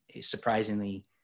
surprisingly